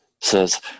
says